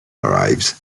arrives